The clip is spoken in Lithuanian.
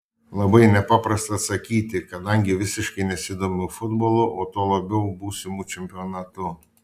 labai nepaprasta atsakyti kadangi visiškai nesidomiu futbolu o tuo labiau būsimu čempionatu